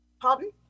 Pardon